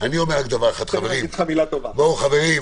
חברים,